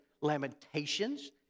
lamentations